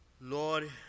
Lord